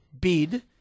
bid